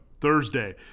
Thursday